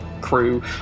Crew